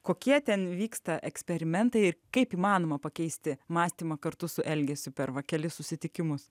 kokie ten vyksta eksperimentai ir kaip įmanoma pakeisti mąstymą kartu su elgesiu per kelis susitikimus